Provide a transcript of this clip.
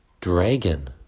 Dragon